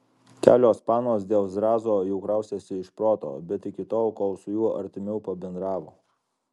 kelios panos dėl zrazo jau kraustėsi iš proto bet iki tol kol su juo artimiau pabendravo